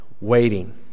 waiting